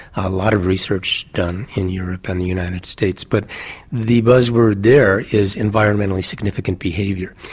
a lot of research done in europe and the united states but the buzz word there is environmentally significant behaviour.